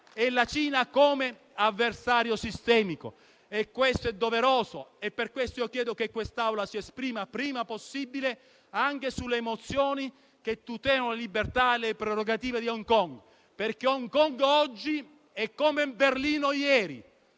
e la Cina come avversario sistemico. E questo è doveroso. Per questo chiedo che quest'Assemblea si esprima il prima possibile anche sulle mozioni che tutelano le libertà e le prerogative di Hong Kong, perché Hong Kong oggi è come Berlino ieri.